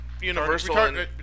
Universal